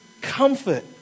comfort